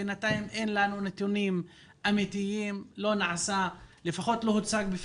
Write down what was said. בינתיים אין לנו נתונים אמיתיים ולפחות לא הוצגו בפנינו.